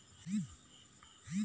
ಕಡಿಮೆ ಆಂದ್ರತೆ ಆಗಕ ಕಾರಣ ಏನು?